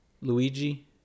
Luigi